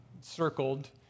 circled